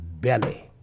belly